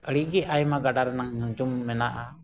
ᱟᱹᱰᱤᱜᱮ ᱟᱭᱢᱟ ᱜᱟᱰᱟ ᱨᱮᱱᱟᱜ ᱧᱩᱛᱩᱢ ᱢᱮᱱᱟᱜᱼᱟ